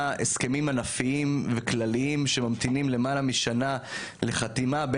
הסכמים ענפיים וכלליים שממתינים למעלה משנה לחתימה.